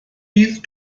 fydd